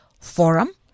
forum